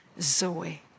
Zoe